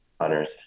hunters